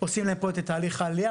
עושים להם פה את תהליך העלייה,